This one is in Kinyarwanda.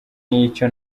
nicyo